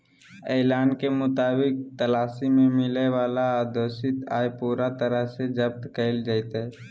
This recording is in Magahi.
ऐलान के मुताबिक तलाशी में मिलय वाला अघोषित आय पूरा तरह से जब्त कइल जयतय